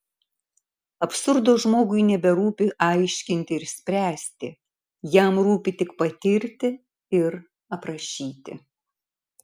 absurdo žmogui neberūpi aiškinti ir spręsti jam rūpi tik patirti ir aprašyti